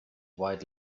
white